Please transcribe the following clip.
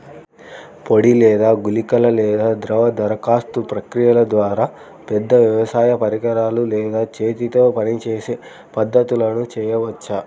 పొడి లేదా గుళికల లేదా ద్రవ దరఖాస్తు ప్రక్రియల ద్వారా, పెద్ద వ్యవసాయ పరికరాలు లేదా చేతితో పనిచేసే పద్ధతులను చేయవచ్చా?